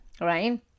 Right